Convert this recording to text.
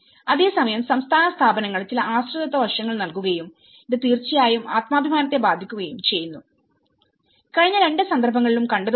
അതേസമയം സംസ്ഥാന സ്ഥാപനങ്ങൾ ചില ആശ്രിതത്വ വശങ്ങൾ നൽകുകയും ഇത് തീർച്ചയായും ആത്മാഭിമാനത്തെ ബാധിക്കുകയും ചെയ്യുന്നു കഴിഞ്ഞ രണ്ട് സന്ദർഭങ്ങളിലും കണ്ടത് പോലെ